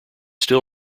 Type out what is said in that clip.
still